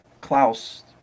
Klaus